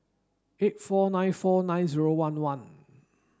eight four nine four nine zero one one